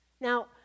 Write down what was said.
Now